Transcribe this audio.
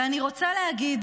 אני רוצה להגיד